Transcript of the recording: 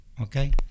okay